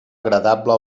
agradable